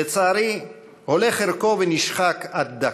לצערי, הולך ערכו ונשחק עד דק.